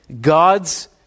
God's